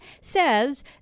says